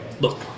Look